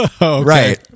Right